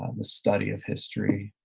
um the study of history,